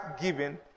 giving